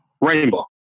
Rainbow